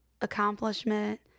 accomplishment